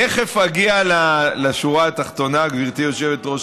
תכף אגיע לשורה התחתונה, גברתי יושבת-ראש